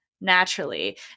naturally